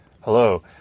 Hello